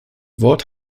wort